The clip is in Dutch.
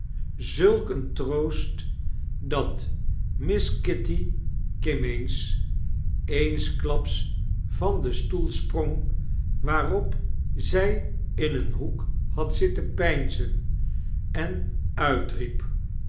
zulk een troost dat miss kitty kimmeens eensklaps van den stoel sprong waarop zg in een hoek had zitten peinzen enuitriep